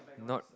not